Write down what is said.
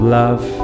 love